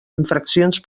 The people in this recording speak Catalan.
infraccions